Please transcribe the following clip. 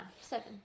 Seven